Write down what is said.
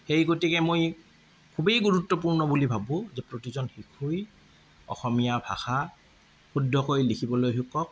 সেইগতিকে মই খুবেই গুৰুত্বপূৰ্ণ বুলি ভাবোঁ যে প্ৰতিজন শিশুৱে অসমীয়া ভাষা শুদ্ধকৈ লিখিবলৈ শিকক